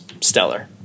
stellar